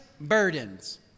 burdens